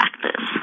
practice